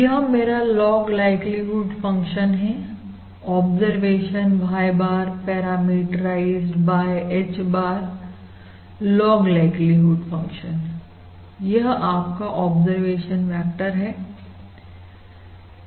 यह मेरा log likelihood function है observation Y bar parameterised by H bar log likelihood फंक्शनयह आपका ऑब्जरवेशन वेक्टर है